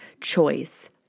choice